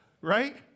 Right